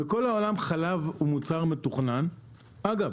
בכל העולם חלב הוא מוצר מתוכנן, אגב,